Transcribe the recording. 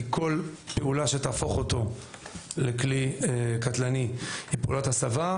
כי כל פעולה שתהפוך אותו לכלי קטלני היא פעולת הסבה,